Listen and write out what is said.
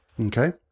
Okay